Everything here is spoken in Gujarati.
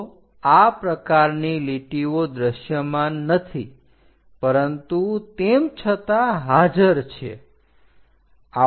તો આ પ્રકારની લીટીઓ દ્રશ્યમાન નથી પરંતુ તેમ છતાં હાજર છે